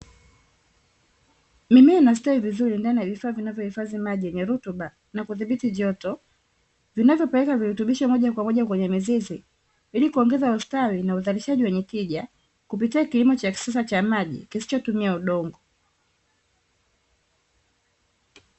Mimea inatawi vizuri ndani ya vifaa vinavyohifadhi maji yenye rutuba na kudhibiti joto, vinavyopeleka virutubisho moja kwa moja kwenye mizizi ili kuongeza ustawi na uzalishaji wenye tija, kupitia kilimo cha kisasa cha maji, kisichotumia udongo.